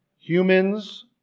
Humans